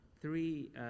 three